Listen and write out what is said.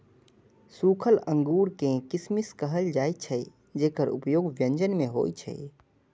सूखल अंगूर कें किशमिश कहल जाइ छै, जेकर उपयोग व्यंजन मे होइ छै